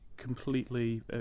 completely